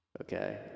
okay